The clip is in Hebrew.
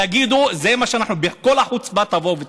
תגידו, בכל החוצפה תבואו ותגידו,